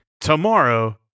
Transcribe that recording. tomorrow